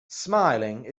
smiling